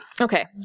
Okay